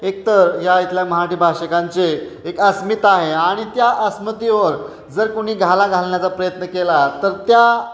एकतर या इथल्या मराठी भाषकांचे एक अस्मिता आहे आणि त्या अस्मितेवर जर कोणी घाला घालण्याचा प्रयत्न केला तर त्या